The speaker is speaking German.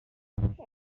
anton